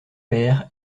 pères